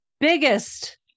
biggest